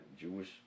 Jewish